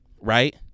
right